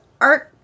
art